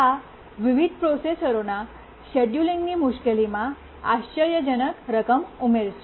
આ વિવિધ પ્રોસેસરોના શેડયુલિંગની મુશ્કેલીમાં આશ્ચર્યજનક રકમ ઉમેરશે